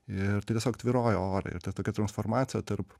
ir tai tiesiog tvyrojo ore ir ta tokia transformacija tarp